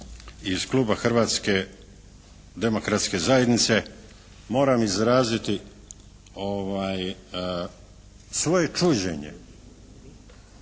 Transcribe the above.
iz kluba Hrvatske demokratske zajednice moram izraziti svoje čuđenje